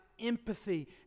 empathy